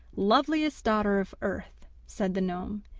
loveliest daughter of earth said the gnome,